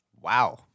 wow